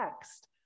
text